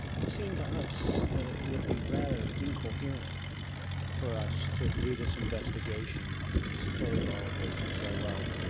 it seemed to us, that it would be rather incoherent for us to do this investigation, to disclose all of this and say, well,